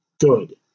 Good